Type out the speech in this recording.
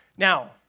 Now